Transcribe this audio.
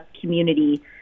community